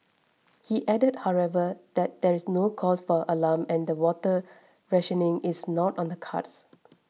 he added however that there is no cause for alarm and the water rationing is not on the cards